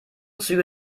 züge